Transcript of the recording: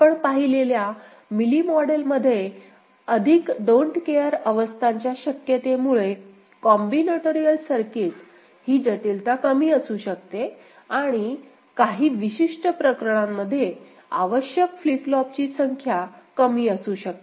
आपण पाहिलेल्या Mealy model मध्ये अधिक डोन्ट केअर अवस्थांच्या शक्यतेमुळे कॉम्बिनेटरियल सर्किट ही जटिलता कमी असू शकते आणि काही विशिष्ट प्रकरणांमध्ये आवश्यक फ्लिप फ्लॉपची संख्या कमी असू शकते